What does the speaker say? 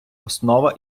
основа